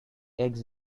eggs